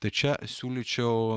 tai čia siūlyčiau